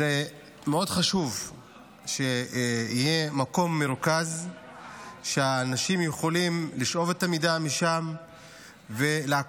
זה מאוד חשוב שיהיה מקום מרוכז שאנשים יכולים לשאוב את המידע משם ולעקוב